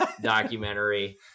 documentary